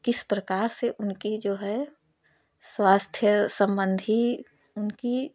किस प्रकार से उनकी जो है स्वास्थ्य सम्बन्धी उनकी